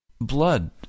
blood